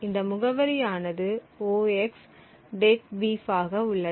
இந்த முகவரி ஆனது 0xdeadbeef ஆக உள்ளது